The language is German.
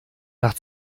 nach